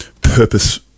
purpose